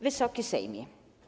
Wysoki Sejmie!